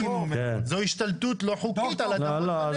זו השתלטות לא חוקית על אדמות.